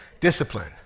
Discipline